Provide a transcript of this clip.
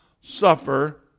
suffer